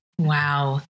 Wow